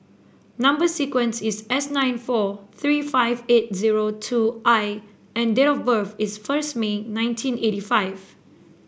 number sequence is S nine four three five eight zero two I and date of birth is first May nineteen eight five